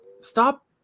stop